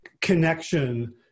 connection